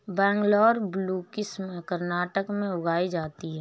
Bangalore blue किस्म कर्नाटक में उगाई जाती है